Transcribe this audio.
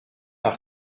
par